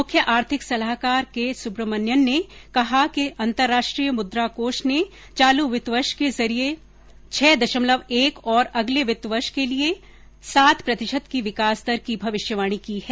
मुख्य आर्थिक सलाहकार के सुब्रमण्यन ने कहा कि अंतर्राष्ट्रीय मुद्रा कोष ने चालू वित्त वर्ष के लिए छह दशमलव एक और अगले वित्त वर्ष के लिए सात प्रतिशत की विकास दर की भविष्यवाणी की है